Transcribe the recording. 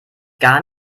gar